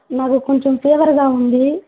నాకు కొంచెం ఫీవర్గా ఉంది